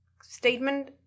statement